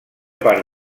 part